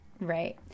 right